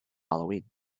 halloween